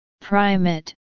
primate